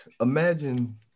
imagine